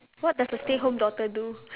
what does a stay home daughter do